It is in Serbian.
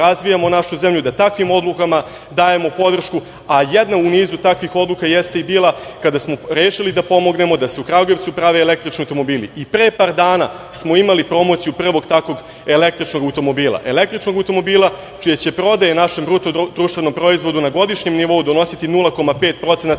razvijamo našu zemlju, da takvim odlukama dajemo podršku, a jedna u nizu takvih odluka jeste i bila kada smo rešili da pomognemo da se u Kragujevcu prave električni automobili. Pre par dana smo imali promociju prvog takvog električnog automobila, čija će prodaja našem BDP-u na godišnjem nivou donositi 0,5%